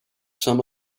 some